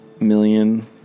million